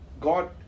God